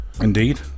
Indeed